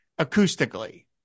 acoustically